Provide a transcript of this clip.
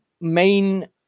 main